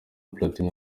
platini